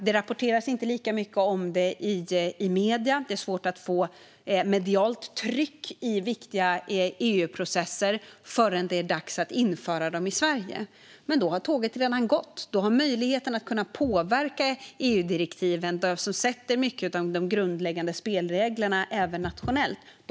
Det rapporteras inte riktigt lika mycket om det i medierna; det är svårt att få medialt tryck i viktiga EU-processer innan det är dags att införa dem i Sverige, och då har tåget redan gått för möjligheten att kunna påverka EU-direktiven som sätter mycket av de grundläggande spelreglerna även nationellt.